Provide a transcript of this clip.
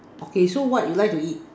okay so what you like to eat